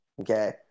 okay